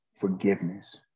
forgiveness